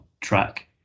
track